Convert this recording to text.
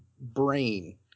brain